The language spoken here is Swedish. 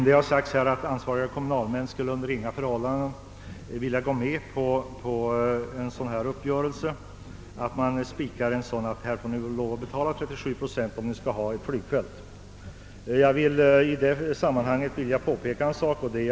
Det har sagts att ansvariga kommunalmän under inga förhållanden skulle vilja acceptera en sådan här uppgörelse.